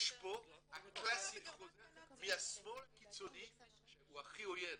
זה חוזר מהשמאל הקיצוני שהוא הכי עוין.